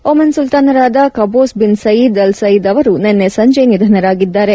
Oman ಸುಲ್ತಾನರಾದ Qaboos bin Said al Said ಅವರು ನಿನ್ನೆ ಸಂಜಿ ನಿಧನರಾಗಿದ್ದಾರೆ